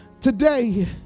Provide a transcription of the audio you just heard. Today